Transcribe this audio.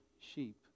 sheep